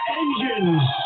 engines